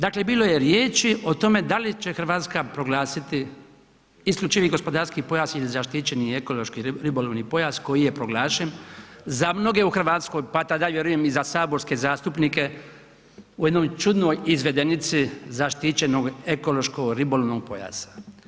Dakle bilo je riječi o tome da li će Hrvatska proglasiti isključivi gospodarski pojas ili zaštićeni ekološki, ribolovni pojas koji je proglašen za mnoge u Hrvatskoj pa tada vjerujem i za saborske zastupnike u jednoj čudnoj izvedenici zaštićenog ekološko ribolovnog pojasa.